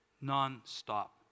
non-stop